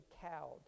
cowed